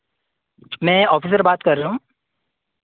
मैं ऑफीसर बात कर रहा हूँ